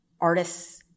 artists